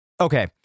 Okay